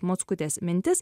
mockutės mintis